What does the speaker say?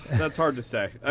that's hard to say.